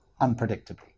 unpredictably